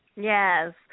Yes